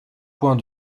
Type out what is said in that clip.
point